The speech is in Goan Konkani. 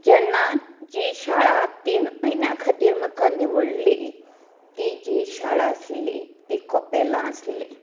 जेन्ना जी शाळां तीन म्हयन्यां खातीर म्हाका निवडली ती जी शाळां आसली ती कोपेलांत आसली